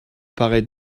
paraît